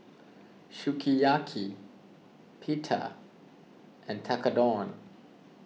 Sukiyaki Pita and Tekkadon